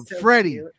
Freddie